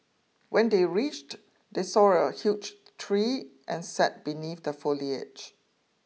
when they reached they saw a huge tree and sat beneath the foliage